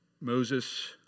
Moses